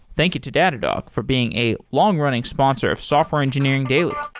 thank you to datadog for being a long-running sponsor of software engineering daily